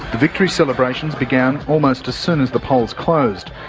victory celebrations began almost as soon as the polls closed.